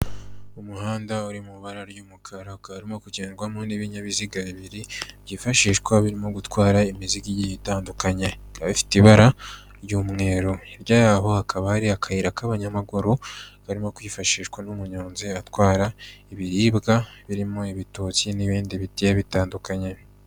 Umuhanda uri mu ibara ry'umukara, ukaba urimo kugendwamo n'ibinyabiziga bibiri, byifashishwa birimo gutwara imizigo igiye itandukanye, bikaba bifite ibara ry'umweru, hirya yaho hakaba hari akayira k'abanyamaguru, karimo kwifashishwa n'umunyonzi, atwara ibiribwa birimo ibitoki, n'ibindi bigiye bitandukanye.